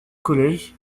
collèges